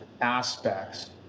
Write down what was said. aspects